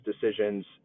decisions